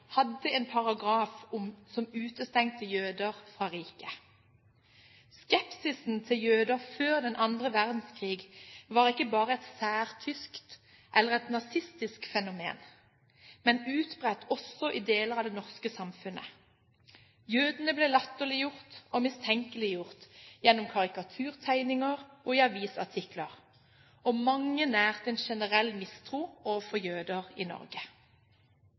hadde en paragraf som utestengte jøder fra riket. Skepsisen til jøder før annen verdenskrig var ikke bare et særtysk eller et nazistisk fenomen, men utbredt også i deler av det norske samfunnet. Jødene ble latterliggjort og mistenkeliggjort gjennom karikaturtegninger og i avisartikler, og mange nærte en generell mistro overfor jøder i Norge.